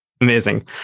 Amazing